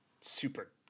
super